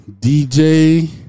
DJ